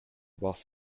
whilst